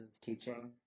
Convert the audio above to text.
teaching